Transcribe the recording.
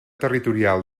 territorial